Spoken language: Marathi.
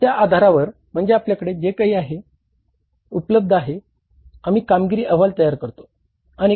आणि त्या आधारावर म्हणजे आपल्याकडे जे काही माहिती उपलब्ध आहे आम्ही कामगिरी अहवाल तयार करतो